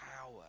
power